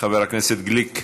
חבר הכנסת גליק,